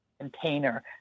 container